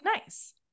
nice